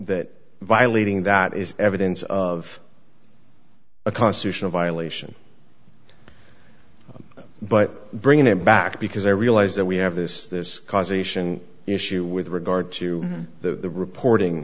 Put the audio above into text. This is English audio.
that violating that is evidence of a constitutional violation but bringing it back because i realize that we have this this causation issue with regard to the reporting